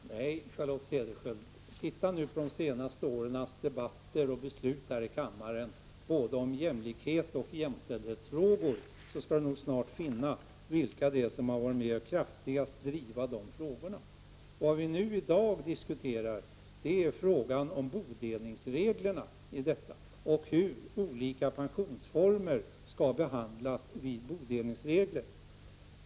Herr talman! Nej, Charlotte Cederschiöld! Det är bara att titta på de senaste årens debatter och beslut här i kammaren om både jämlikhet och jämställdhetsfrågor. Ganska snart skall Charlotte Cederschiöld då finna ut vilka det är som kraftfullast har drivit de frågorna. Vad vi i dag diskuterar är frågan om bodelningsreglerna och hur olika pensionsformer skall behandlas när det gäller bodelningsregler.